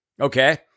Okay